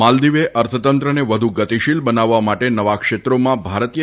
માલદીવે અર્થતંત્રને વધુ ગતિશીલ બનાવવા માટે નવા ક્ષેત્રોમાં ભારતીય